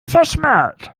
verschmäht